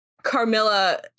Carmilla